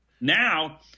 now